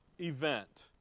event